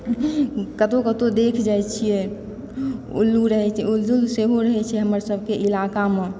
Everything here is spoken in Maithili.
कतौ कतौ देख जाय छियै ऊल्लू रहै छै ऊल्लू सेहो रहै छै हमर सबके इलाकामे